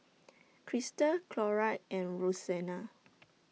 Christal Clora and Roseanna